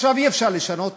עכשיו אי-אפשר לשנות,